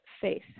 faith